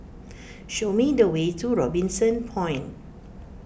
show me the way to Robinson Point